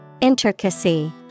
Intricacy